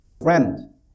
Friend